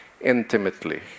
intimately